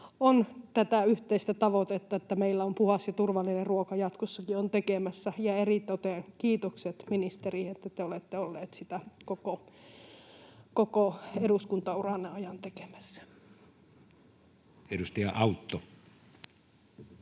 tätä yhteistä tavoitetta, että meillä on puhdas ja turvallinen ruoka jatkossakin, ja eritoten kiitokset, ministeri, että te olette ollut sitä koko eduskuntauranne ajan tekemässä. [Speech 117]